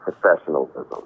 professionalism